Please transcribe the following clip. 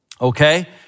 okay